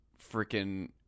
freaking